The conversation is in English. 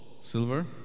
silver